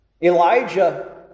Elijah